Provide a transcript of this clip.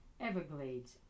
everglades